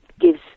gives